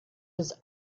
his